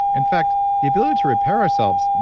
in fact, the ability to repair ourselves,